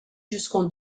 jusqu’en